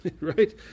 right